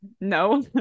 no